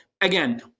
again